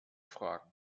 fragen